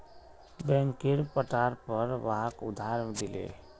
बैंकेर पट्टार पर वहाक उधार दिले